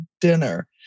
dinner